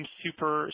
super